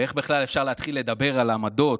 ואיך בכלל אפשר להתחיל לדבר על עמדות,